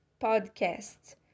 podcast